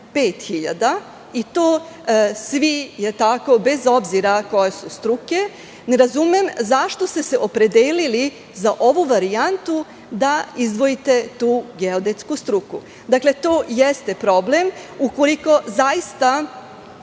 5.000, i to svi bez obzira koje su struke, ne razumem zašto ste se opredelili za ovu varijantu da izdvojite tu geodetsku struku? To jeste problem ukoliko zaista